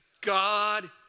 God